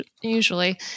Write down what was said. usually